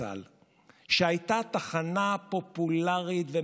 אתה יכול להשתמש ב"זיקה".